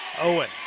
Owen